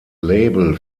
label